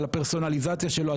על הפרסונליזציה שלו,